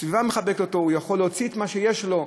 הסביבה מחבקת אותו, הוא יכול להוציא את מה שיש לו,